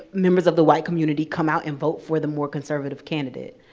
members of the white community come out and vote for the more conservative candidate.